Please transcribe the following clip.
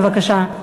בבקשה.